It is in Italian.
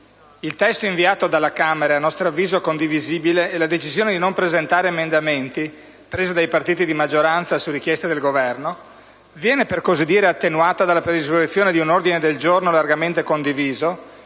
Il testo inviato dalla Camera è - a nostro avviso - condivisibile, e la decisione di non presentare emendamenti - presa dei partiti di maggioranza su richiesta del Governo - viene, per così dire, attenuata dalla predisposizione dell'ordine del giorno G101, largamente condiviso,